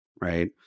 right